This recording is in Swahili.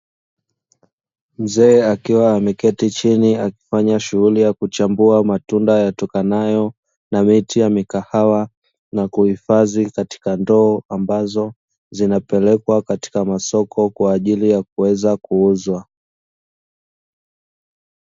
Mzee akiwa ameketi chini akifanya shunghuli ya kuchambua matunda yatokanayo na miti ya mikahawa, na kuhifadhi katika ndoo ambazo zinapelekwa katika masoko kwaajili ya kuweza kuuzwa.